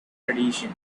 tradition